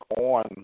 on